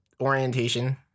orientation